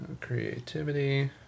Creativity